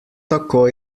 tako